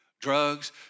Drugs